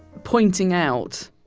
pointing out,